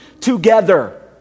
together